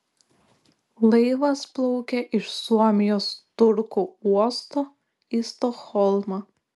laivas plaukė iš suomijos turku uosto į stokholmą